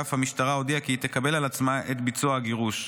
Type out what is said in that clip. ואף המשטרה הודיעה כי תקבל על עצמה את ביצוע הגירוש.